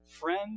friend